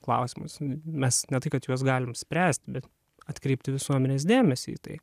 klausimus mes ne tai kad juos galim spręsti bet atkreipti visuomenės dėmesį į tai